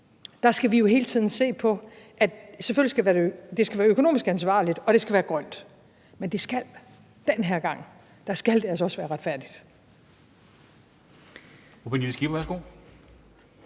skal vi jo hele tiden se på, at det selvfølgelig skal være økonomisk ansvarligt, og at det skal være grønt, men den her gang skal det altså også være retfærdigt.